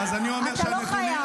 אתה לא חייב.